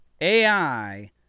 AI